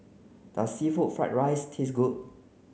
does seafood fried rice taste good